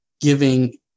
giving